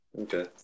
Okay